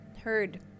Heard